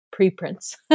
preprints